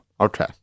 Okay